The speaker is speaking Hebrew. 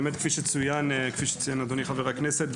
כפי שציין אדוני חבר הכנסת,